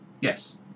Yes